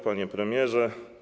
Panie Premierze!